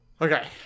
Okay